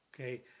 okay